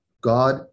God